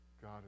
God